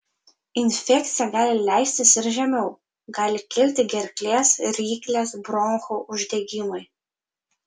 infekcija gali leistis ir žemiau gali kilti gerklės ryklės bronchų uždegimai